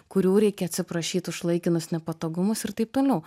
kurių reikia atsiprašyt už laikinus nepatogumus ir taip toliau